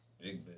Big